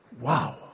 Wow